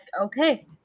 Okay